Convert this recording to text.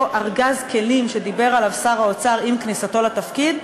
ארגז כלים שדיבר עליו שר האוצר עם כניסתו לתפקיד,